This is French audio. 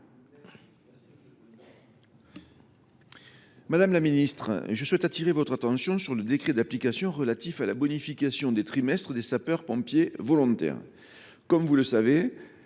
la ministre, je souhaite attirer votre attention sur le décret d’application relatif à la bonification des trimestres des sapeurs pompiers volontaires. Cette disposition,